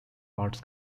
arts